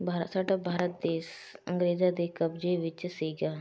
ਭਾ ਸਾਡਾ ਭਾਰਤ ਦੇਸ਼ ਅੰਗਰੇਜ਼ਾਂ ਦੇ ਕਬਜ਼ੇ ਵਿੱਚ ਸੀਗਾ